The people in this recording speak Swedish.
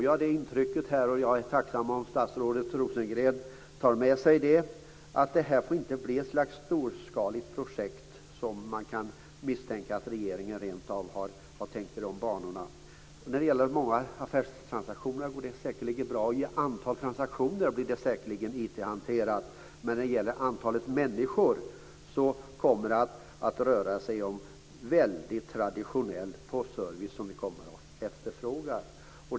Jag är tacksam om statsrådet Rosengren tar med sig att detta inte får bli ett storskaligt projekt - jag får det intrycket; man kan ju misstänka att regeringen rentav tänkt i de banorna. När det gäller många affärstransaktioner går det säkert bra och i ett antal transaktioner blir det säkerligen IT-hanterat. Men när det gäller antalet människor kommer det att vara en väldigt traditionell postservice som efterfrågas.